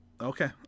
Okay